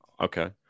Okay